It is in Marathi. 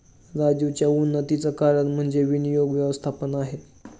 राजीवच्या उन्नतीचं कारण म्हणजे विनियोग व्यवस्थापन आहे